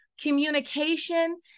communication